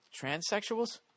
transsexuals